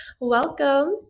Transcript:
Welcome